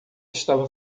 estavam